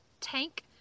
tank